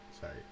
Sorry